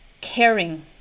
caring